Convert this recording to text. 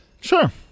Sure